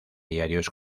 diarios